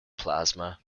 plasma